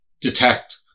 detect